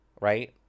right